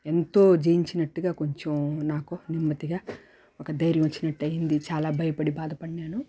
ఎంతో జయించినట్టుగా కొంచెం నాకు నెమ్మదిగా ఒక ధైర్యం వచ్చినట్టు అయింది చాలా భయపడి భాదపడినాను